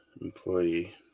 employee